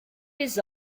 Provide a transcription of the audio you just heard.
les